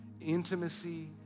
Intimacy